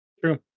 True